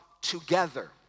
together